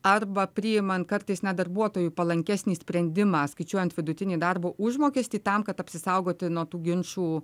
arba priimant kartais net darbuotojui palankesnį sprendimą skaičiuojant vidutinį darbo užmokestį tam kad apsisaugoti nuo tų ginčų